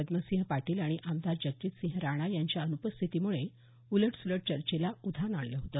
पद्मसिंह पाटील आणि आमदार जगजितसिंह राणा यांच्या अनुपस्थीतीमुळे उलटसुलट चर्चेला उधाण आले होते